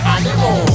animal